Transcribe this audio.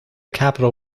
capital